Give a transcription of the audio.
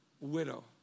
widow